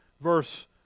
verse